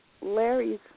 Larry's